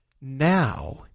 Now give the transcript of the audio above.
now